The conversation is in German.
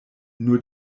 nur